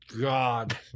God